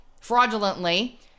fraudulently